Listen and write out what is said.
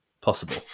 possible